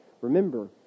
Remember